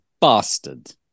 bastard